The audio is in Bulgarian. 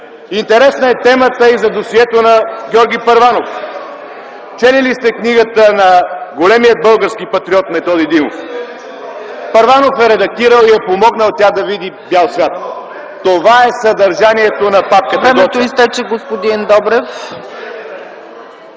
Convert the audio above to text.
Интересна е темата и за досието на Георги Първанов. Чели ли сте книгата на големия български патриот Методи Димов? Първанов я е редактирал и е помогнал тя да види бял свят. Това е съдържанието на папката ... ПРЕДСЕДАТЕЛ